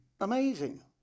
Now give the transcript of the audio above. Amazing